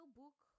book